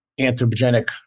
anthropogenic